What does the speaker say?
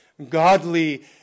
godly